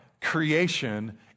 creation